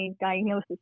diagnosis